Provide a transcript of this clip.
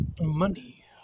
Money